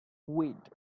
weed